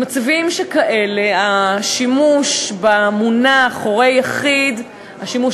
במצבים שכאלה השימוש במונח "הורה יחיד" השימוש